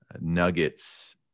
nuggets